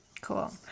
Cool